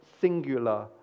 singular